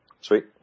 Sweet